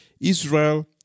Israel